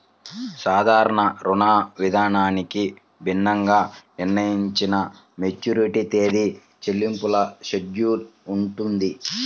సాధారణ రుణవిధానానికి భిన్నంగా నిర్ణయించిన మెచ్యూరిటీ తేదీ, చెల్లింపుల షెడ్యూల్ ఉంటుంది